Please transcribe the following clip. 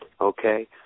Okay